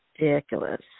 ridiculous